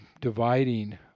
dividing